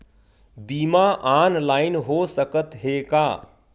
बीमा ऑनलाइन हो सकत हे का?